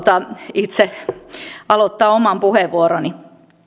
itse aloitan oman puheenvuoroni